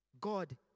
God